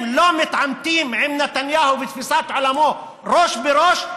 אם לא מתעמתים עם נתניהו ותפיסת עולמו ראש בראש,